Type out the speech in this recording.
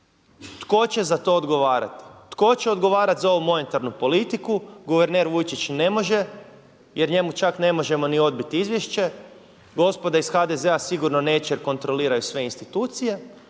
tko će za to odgovarati? Tko će odgovarati za ovu monetarnu politiku? Guverner Vujčić jer njemu čak ne možemo ni odbiti izvješće, gospoda iz HDZ-a sigurno neće kontroliraju sve institucije.